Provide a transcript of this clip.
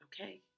Okay